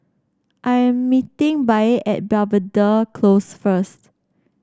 I am meeting Bea at Belvedere Close first